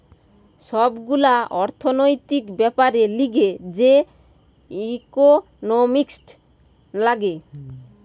সব গুলা অর্থনৈতিক বেপারের লিগে যে ইকোনোমিক্স লাগে